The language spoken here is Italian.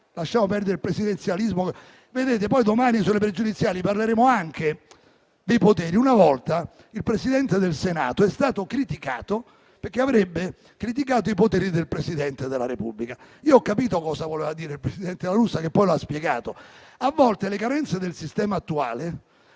lasciamo perdere il presidenzialismo. Poi domani sulle pregiudiziali parleremo anche dei poteri. Una volta il Presidente del Senato è stato criticato perché avrebbe criticato i poteri del Presidente della Repubblica. Io ho capito cosa voleva dire il presidente La Russa, che poi lo ha spiegato: a volte le carenze del sistema attuale